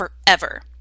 forever